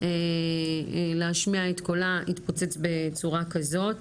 להשמיע את קולה, התפוצץ בצורה כזאת.